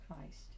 Christ